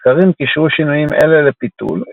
מחקרים קישרו שינויים אלה לפיתול,